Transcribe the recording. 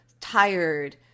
tired